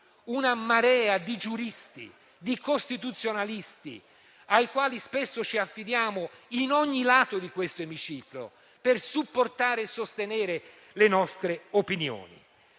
una marea di giuristi, di costituzionalisti ai quali spesso ci affidiamo in ogni lato di questo Emiciclo per supportare e sostenere le nostre opinioni.